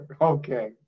okay